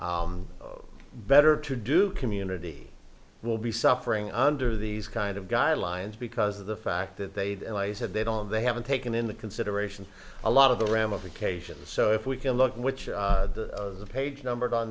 every better to do community will be suffering under these kind of guidelines because of the fact that they've said they don't they haven't taken into consideration a lot of the ramifications so if we can look which is the page number on